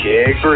Kick